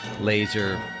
laser